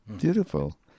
Beautiful